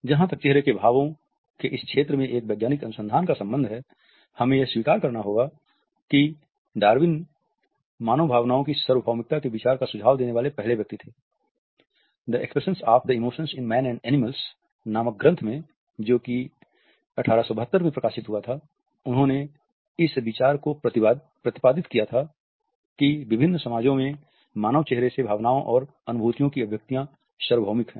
जहां तक चेहरे के भावों के इस क्षेत्र में एक वैज्ञानिक अनुसंधान का संबंध है हमें यह स्वीकार करना होगा कि डार्विन नामक ग्रंथ में जो 1872 में प्रकाशित हुआ था उन्होंने इस विचार को प्रतिपादित किया था कि विभिन्न समाजों में मानव चेहरे से भावनाओं और अनुभूतियो की अभिव्यक्ति सार्वभौमिक है